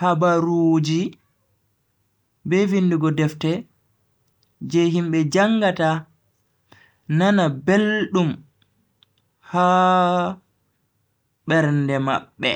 habaruuji be vindugo defte je himbe jangata nana beldum ha bernde mabbe.